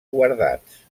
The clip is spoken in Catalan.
guardats